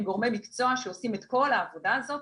עם גורמי מקצוע שעושים את כל העבודה הזאת.